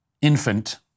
infant